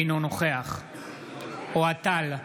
אינו נוכח אוהד טל,